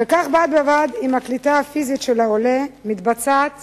וכך, בד בבד עם הקליטה הפיזית של העולה, מתבצעת